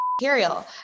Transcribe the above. material